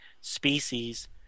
species